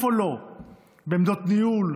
בעמדות ניהול,